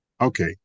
Okay